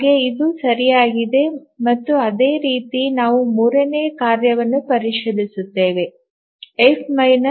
ಹಾಗೆ ಇದು ಸರಿಯಾಗಿದೆ ಮತ್ತು ಅದೇ ರೀತಿ ನಾವು ಮೂರನೇ ಕಾರ್ಯವನ್ನು ಪರಿಶೀಲಿಸುತ್ತೇವೆ ಎಫ್ 20